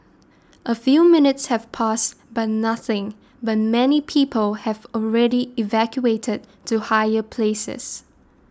a few minutes have passed but nothing but many people have already evacuated to higher places